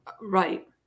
right